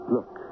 Look